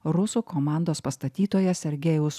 rusų komandos pastatytoje sergejaus